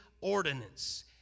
ordinance